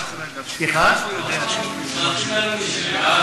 חינוך פיננסי זה יכול להיות.